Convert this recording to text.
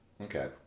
Okay